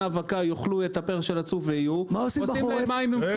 האבקה יאכלו את הפר של הצוף ויהיו עושים להם מים עם סוכר.